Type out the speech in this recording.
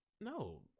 no